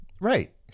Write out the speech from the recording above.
right